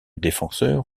défenseur